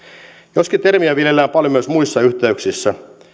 joskin termiä viljellään paljon myös muissa yhteyksissä